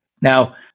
Now